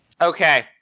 Okay